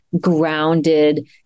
grounded